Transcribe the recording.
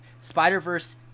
Spider-Verse